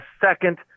second